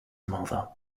mother